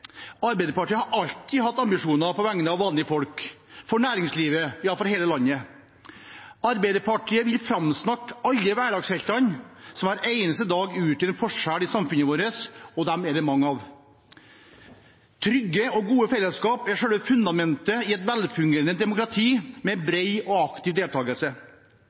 Arbeiderpartiet har alltid hatt ambisjoner på vegne av vanlige folk, for næringslivet – ja, for hele landet. Arbeiderpartiet vil framsnakke alle hverdagsheltene som hver eneste dag utgjør en forskjell i samfunnet vårt, og dem er det mange av. Trygge og gode fellesskap er selve fundamentet i et velfungerende demokrati med bred og aktiv deltakelse.